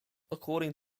according